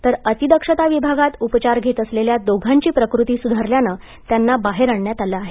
तर अतिदक्षता विभागांत उपचार घेत असलेल्या दोघांची प्रकृती सुधारल्यानं त्यांना बाहेर आणण्यात आलं आहे